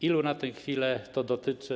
Ilu na tę chwilę to dotyczy?